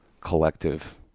collective